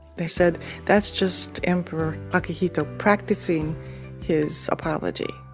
they said that's just emperor akihito practicing his apology.